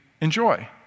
enjoy